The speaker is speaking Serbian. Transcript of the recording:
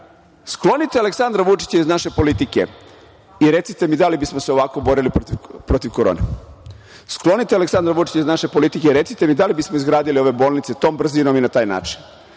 Sklonite Aleksandra Vučića iz naše politike i recite mi da li bismo se ovako borili protiv korone? Sklonite Aleksandra Vučića iz naše politike i recite mi da li bismo izgradili ove bolnice tom brzinom i na taj način?